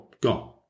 gone